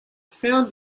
found